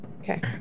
Okay